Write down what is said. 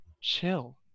Chill